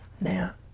now